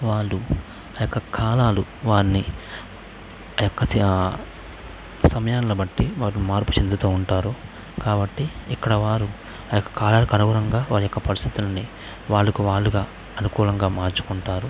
వాళ్ళు ఆ యొక్క కాలాలు వారిని ఆ యొక్క సమయాన్ని బట్టి వాళ్ళు మార్పు చెందుతూ ఉంటారు కాబట్టి ఇక్కడ వారు ఆ యొక్క కాలాలు అనుగుణంగా వారి యొక్క పరిస్థితులని నుండి వాళ్ళకు వాళ్ళుగా అనుకూలంగా మార్చుకుంటారు